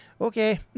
Okay